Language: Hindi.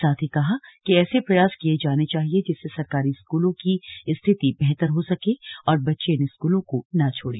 साथ ही कहा कि ऐसे प्रयास किए जाने चाहिए जिससे सरकारी स्कूलों की स्थिति बेहतर हो सके और बच्चे इन स्कूलों को न छोड़ें